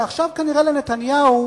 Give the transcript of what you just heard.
ועכשיו כנראה לנתניהו,